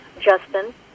Justin